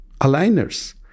aligners